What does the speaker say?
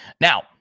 Now